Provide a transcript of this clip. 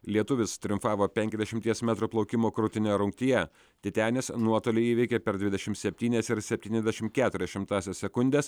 lietuvis triumfavo penkiasdešimties metrų plaukimo krūtine rungtyje titenis nuotolį įveikė per dvidešim septynias ir septyniasdešim keturias šimtąsias sekundės